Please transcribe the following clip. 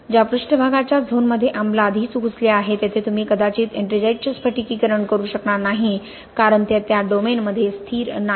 ज्या पृष्ठभागाच्या झोनमध्ये आम्ल आधीच घुसले आहे तेथे तुम्ही कदाचित एट्रिंजाइटचे स्फटिकीकरण करू शकणार नाही कारण ते त्या डोमेनमध्ये स्थिर नाही